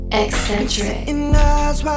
eccentric